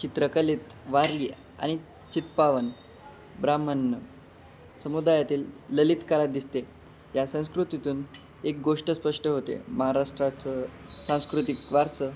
चित्रकलेत वारली आणि चित्पावन ब्राह्मण समुदायातीलील ललितकला दिसते या संस्कृतीतून एक गोष्ट स्पष्ट होते महाराष्ट्राचं सांस्कृतिक वारसा